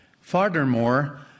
Furthermore